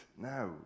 now